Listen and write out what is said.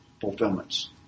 fulfillments